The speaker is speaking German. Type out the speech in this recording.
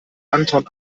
anton